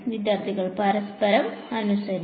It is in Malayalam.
വിദ്യാർത്ഥി പരസ്പരം അനുസരിച്ച്